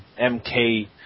MK